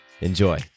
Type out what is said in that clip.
enjoy